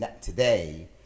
today